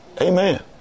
Amen